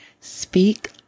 Speak